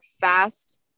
fast